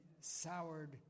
soured